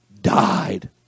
died